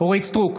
אורית מלכה סטרוק,